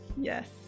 yes